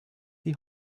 die